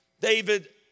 David